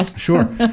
Sure